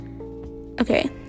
okay